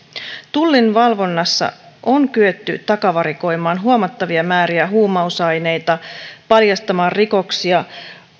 tullin valvonnassa on kyetty takavarikoimaan huomattavia määriä huumausaineita paljastamaan rikoksia